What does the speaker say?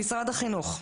למשרד החינוך,